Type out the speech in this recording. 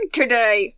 today